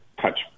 touch